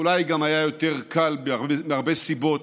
אולי גם היה קל, מהרבה סיבות,